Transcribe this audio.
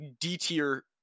D-tier